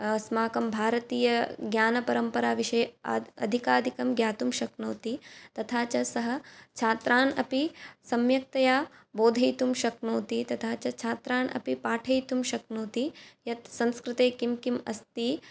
अस्माकं भारतीयज्ञानपरम्पराविषये अ अधिकाधिकं ज्ञातुं शक्नोति तथा च सः छात्रान् अपि सम्यक्तया बोधयितुं शक्नोति तथा च छात्रान् अपि पाठयितुं शक्नोति यत् संस्कृते किं किम् अस्ति